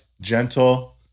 gentle